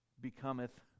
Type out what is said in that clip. becometh